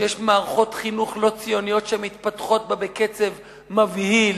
שיש מערכות חינוך לא ציוניות שמתפתחות בה בקצב מבהיל,